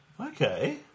Okay